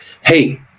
Hey